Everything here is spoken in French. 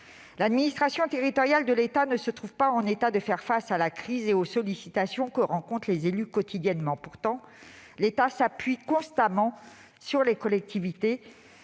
L'administration territoriale de l'État n'est pas en situation de faire face à la crise et aux sollicitations que rencontrent les élus quotidiennement. Pourtant, l'État s'appuie constamment sur les collectivités.